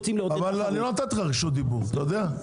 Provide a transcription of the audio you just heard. אבל אני לא נתתי לך רשות דיבור, אתה יודע?